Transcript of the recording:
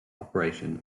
operation